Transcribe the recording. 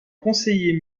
conseiller